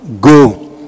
Go